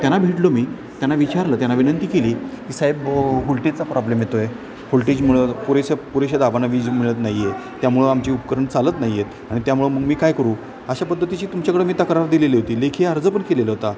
त्यांना भेटलो मी त्यांना विचारलं त्यांना विनंती केली की साहेब वोल्टेजचा प्रॉब्लेम येतोय वोल्टेजमुळे पुरेशा पुरेशा दाबाने वीज मिळत नाहीये त्यामुळं आमची उपकरण चालत नाहीयेत आणि त्यामुळे मग मी काय करू अशा पद्धतीची तुमच्याकडं मी तक्रार दिलेली होती लेखी अर्ज पण केलेला होता